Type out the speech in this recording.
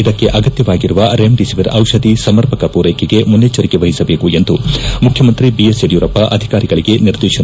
ಇದಕ್ಕೆ ಅಗತ್ಯವಾಗಿರುವ ರೆಮಿಡಿಸಿವಿರ್ ಔಷಧಿ ಸಮರ್ಪಕ ಪೂರೈಕೆಗೆ ಮುನ್ನಚ್ಚರಿಕೆ ವಹಿಸಬೇಕೆಂದು ಮುಖ್ಯಮಂತ್ರಿ ಬಿಯಡಿಯೂರಪ್ಪ ಅಧಿಕಾರಿಗಳಿಗೆ ನಿರ್ದೇಶನ